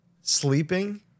Sleeping